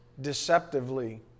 deceptively